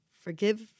forgive